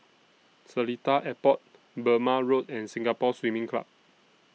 Seletar Airport Burmah Road and Singapore Swimming Club